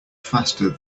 faster